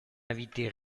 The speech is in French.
invité